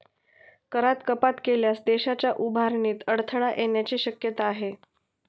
करात कपात केल्यास देशाच्या उभारणीत अडथळा येण्याची शक्यता आहे